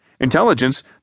intelligence